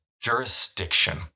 jurisdiction